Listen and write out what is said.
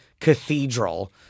cathedral